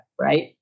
right